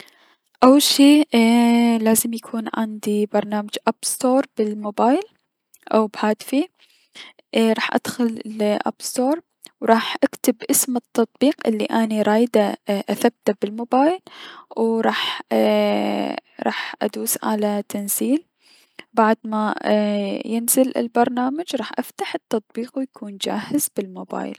اول شي لازم انو يكون عندي برنامج اب ستور بلموبايل او بهاتفي، اي- راح ادخل ل اب ستولر و راح اكتب اسم التطبيق الي اني رايدة انو اثبنه بالموبايل و راح ايي راح ادوس على تنزيل و بعد ما ينزل البرنامج راح افتح التطبيق و يكون جاهز بلموبايل.